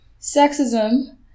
sexism